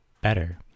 better